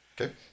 Okay